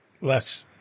less